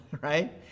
right